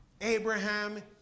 Abraham